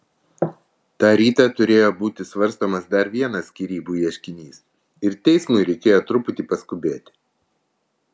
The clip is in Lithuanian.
tą rytą turėjo būti svarstomas dar vienas skyrybų ieškinys ir teismui reikėjo truputį paskubėti